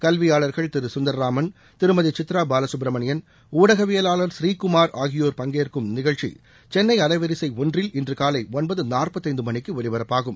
கல்வியாளர்கள் திரு சுந்தரராமன் திருமதி சித்ரா பாலசுப்பிரமணியன் ஊடகவியலாளர் புநீகுமார் ஆகியோர் பங்கேற்கும் நிகழ்ச்சி சென்னை அலைவரிசை ஒன்றில் இன்று காலை ஒன்பது நாற்பத்தைந்து மணிக்கு ஒலிபரப்பாகும்